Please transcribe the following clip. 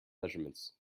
measurements